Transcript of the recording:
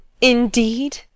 Indeed